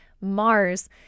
mars